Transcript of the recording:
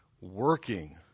working